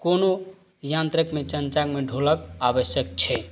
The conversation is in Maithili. कोनो यान्त्रमे चंचामे ढोलक आबश्यक छै